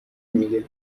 میگه